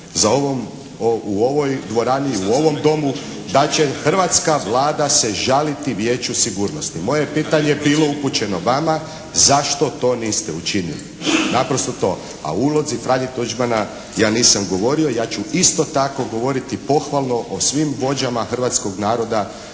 u ovoj dvorani, u ovom Domu, da će hrvatska Vlada se žaliti Vijeću sigurnosti. Moje pitanje je bilo upućeno vama, zašto to niste učinili? Naprosto to. A o ulozi Franje Tuđmana ja nisam govorio. Ja ću isto tako govoriti pohvalno o svim vođama hrvatskog naroda